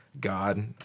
God